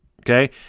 okay